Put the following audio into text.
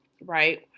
Right